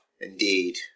Indeed